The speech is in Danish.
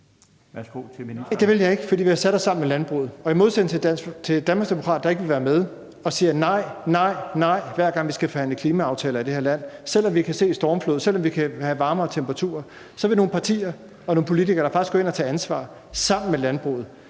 Nej, det vil jeg ikke. For vi har sat os sammen med landbruget, og i modsætning til Danmarksdemokraterne, der ikke vil være med og siger nej, nej, nej, hver gang vi skal forhandle klimaaftaler i det her land, selv om vi kan se stormfloder, og selv om vi får varmere temperaturer, er vi nogle partier og nogle politikere, der faktisk går ind og tager ansvar sammen med landbruget.